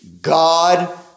God